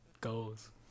goals